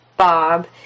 Bob